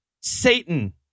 Satan